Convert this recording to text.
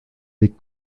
les